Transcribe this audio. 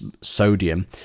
sodium